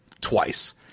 twice